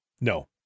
No